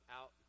out